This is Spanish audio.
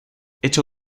hecho